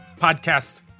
podcast